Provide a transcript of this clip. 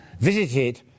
visited